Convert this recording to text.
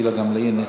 גילה גמליאל?